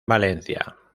valencia